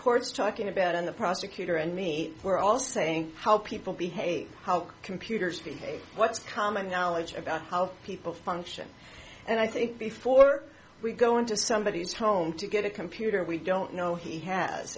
court's talking about and the prosecutor and me were all saying how people behave how computers behave what's common knowledge about how people function and i think before we go into somebody's home to get a computer we don't know he has